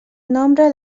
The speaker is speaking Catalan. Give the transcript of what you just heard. nombre